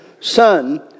son